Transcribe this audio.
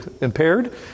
impaired